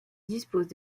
dispose